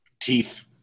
Teeth